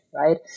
right